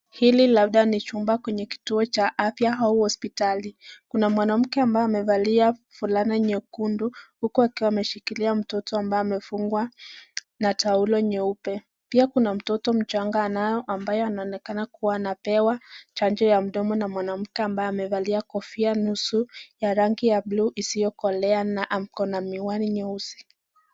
Hili labda ni chumba kwenye kituo cha afya au hospitali. Kuna mwanamke ambaye amevalia fulana nyekundu huku akiwa ameshikilia mtoto ambaye amefungwa na taulo nyeupe. Pia kuna mtoto mchanga ambaye anaonekana kuwa anapewa chanjo. Na mwanamke ambaye amevalia kofia nusu ya rangi ya buluu isiyokolea na ako na miwani nyeusi.